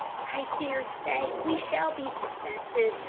i dare say we shall be suspected.